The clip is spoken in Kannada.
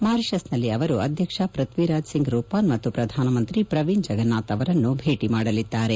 ಮಾರಿಶಸ್ನಲ್ಲಿ ಅವರು ಅಧ್ಯಕ್ಷ ಪೃಥ್ವಿರಾಜ್ ಸಿಂಗ್ ರೂಪಾನ್ ಮತ್ತು ಪ್ರಧಾನಮಂತ್ರಿ ಪ್ರವೀನ್ ಜಗನ್ನಾಥ್ ಅವರನ್ನು ಭೇಟ ಮಾಡಲಿದ್ದಾರೆ